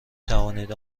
توانید